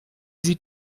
sieht